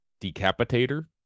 Decapitator